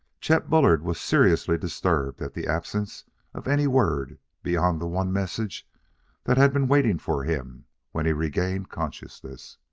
chet bullard was seriously disturbed at the absence of any word beyond the one message that had been waiting for him when he regained consciousness.